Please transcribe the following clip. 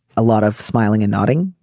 a lot of smiling and nodding.